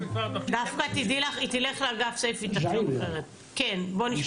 פה מדובר בפרסומת שמתייחסת ספציפית לאישה